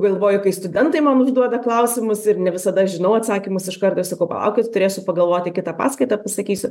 galvoju kai studentai man užduoda klausimus ir ne visada žinau atsakymus iš karto sakau palaukit turėsiu pagalvoti kitą paskaitą pasakysiu